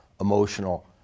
emotional